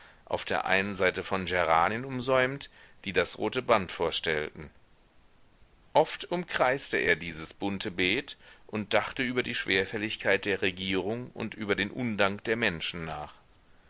auf der einen seite von geranien umsäumt die das rote band vorstellten oft umkreiste er dieses bunte beet und dachte über die schwerfälligkeit der regierung und über den undank der menschen nach